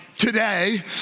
today